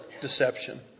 deception